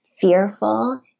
fearful